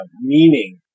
meaning